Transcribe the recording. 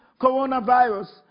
coronavirus